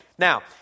Now